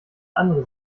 andere